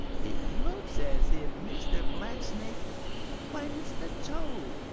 it looks as if mr. blacksnake why, mr. toad,